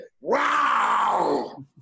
wow